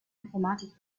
informatiker